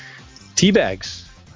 Teabags